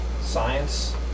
science